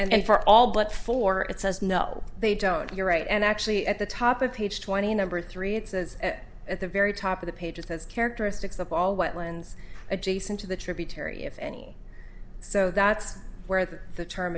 and for all but four it says no they don't you're right and actually at the top of page twenty number three it says at the very top of the page is has characteristics of all wetlands adjacent to the tributary if any so that's where that the term